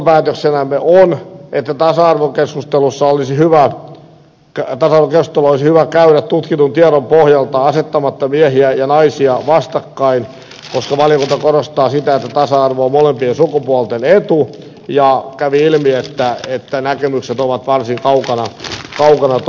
johtopäätöksenämme on että tasa arvokeskustelu olisi hyvä käydä tutkitun tiedon pohjalta asettamatta miehiä ja naisia vastakkain koska valiokunta korostaa sitä että tasa arvo on molempien sukupuolten etu ja kävi ilmi että näkemykset ovat varsin kaukana toisistaan